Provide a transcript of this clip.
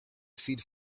feed